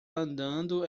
andando